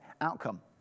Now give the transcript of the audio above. outcome